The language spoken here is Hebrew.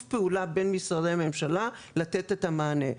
הפעולה בין משרדי הממשלה על מנת שיוכלו לתת את המענה.